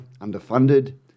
underfunded